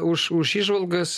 už už įžvalgas